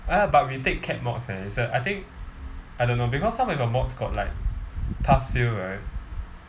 ya but we take cap mods eh it's the I think I don't know because some of your mods got like pass fail right